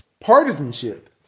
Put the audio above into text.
partisanship